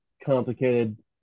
complicated